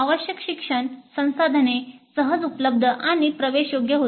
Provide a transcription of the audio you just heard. आवश्यक शिक्षण संसाधने सहज उपलब्ध आणि प्रवेशयोग्य होती